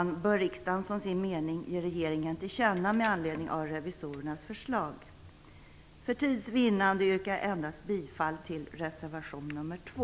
Detta bör riksdagen som sin mening ge regeringen till känna med anledning av revisorernas förslag. För tids vinnande yrkar jag bifall endast till reservation nr 2.